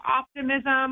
optimism